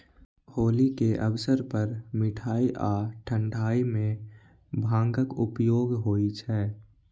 होली के अवसर पर मिठाइ आ ठंढाइ मे भांगक उपयोग होइ छै